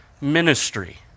ministry